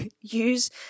use